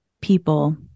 people